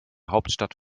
hauptstadt